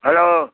hello